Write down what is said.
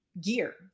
gear